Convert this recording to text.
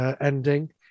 ending